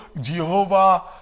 Jehovah